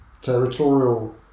territorial